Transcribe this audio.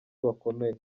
bakomeye